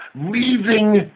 leaving